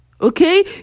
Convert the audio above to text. Okay